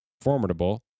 formidable